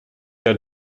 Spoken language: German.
der